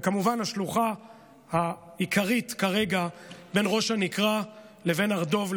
וכמובן השלוחה העיקרית כרגע בין ראש הנקרה לבין הר דב,